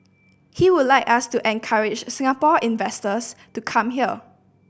he would like us to encourage Singaporean investors to come here